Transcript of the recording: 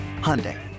Hyundai